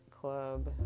club